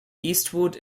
eastwood